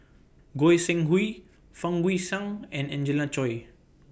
Goi Seng Hui Fang Guixiang and Angelina Choy